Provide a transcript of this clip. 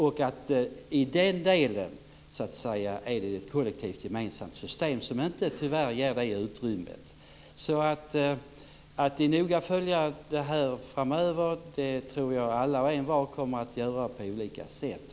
I den delen är det ett kollektivt gemensamt system som tyvärr inte ger det utrymmet. Jag tror att alla och envar noga kommer att följa det här framöver på olika sätt.